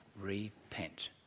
repent